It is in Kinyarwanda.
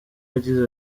yagize